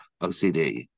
OCD